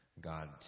god